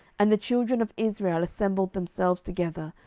and the children of israel assembled themselves together,